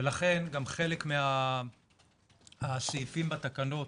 ולכן גם חלק מהסעיפים בתקנות